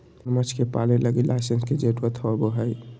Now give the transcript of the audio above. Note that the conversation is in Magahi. मगरमच्छ के पालय लगी लाइसेंस के जरुरत होवो हइ